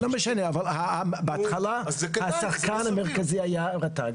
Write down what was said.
לא משנה, אבל בהתחלה השחקן המרכזי היה רט"ג.